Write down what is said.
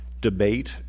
debate